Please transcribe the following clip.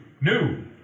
new